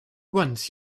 once